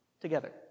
together